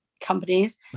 companies